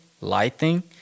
lighting